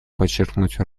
подчеркнуть